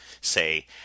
say